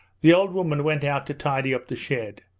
the old woman went out to tidy up the shed.